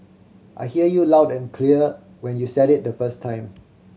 I heard you loud and clear when you said it the first time